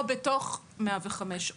או בתוך 105,